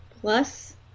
plus